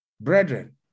Brethren